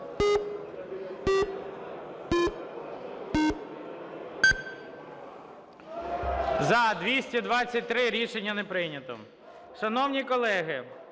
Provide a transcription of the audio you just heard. За-223 Рішення не прийнято.